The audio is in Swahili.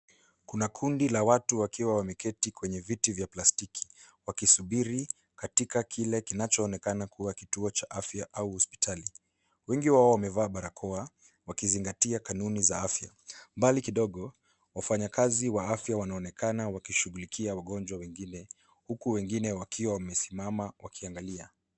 Kuna kundi la watu wakiwa wameketi kwenye viti vya plastiki, wakisubiri katika kile kinachoonekana kuwa kituo cha afya au hospitali. Wengi wao wamevaa barakoa wakizingatia kanuni za afya. Mbali kidogo, wafanyakazi wa afya wanaonekana wakishughulikia wagonjwa wengine huku wengine wakiwa wamesimama wakiangalia.